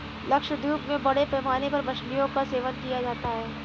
लक्षद्वीप में बड़े पैमाने पर मछलियों का सेवन किया जाता है